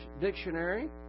Dictionary